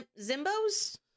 Zimbos